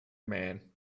man